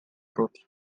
troops